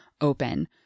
open